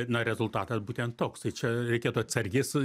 na rezultatas būtent toks tai čia reikėtų atsargiai su